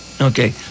Okay